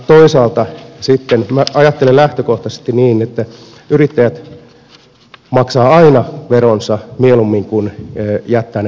toisaalta minä ajattelen lähtökohtaisesti niin että yrittäjät maksavat aina veronsa mieluummin kuin jättävät ne maksamatta